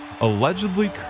allegedly